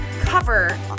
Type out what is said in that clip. cover